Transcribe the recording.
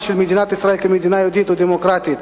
של מדינת ישראל כמדינה יהודית ודמוקרטית,